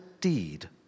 deed